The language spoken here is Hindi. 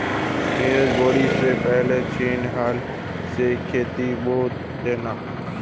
नीरज बुवाई से पहले छेनी हल से खेत खोद देना